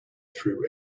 through